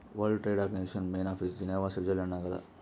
world trade organisation main office Geneva Switzerland ನಾಗ್ ಅದಾ